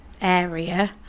area